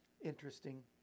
Interesting